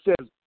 says